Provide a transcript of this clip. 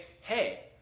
Hey